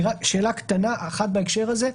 שאלה קטנה בהקשר הזה.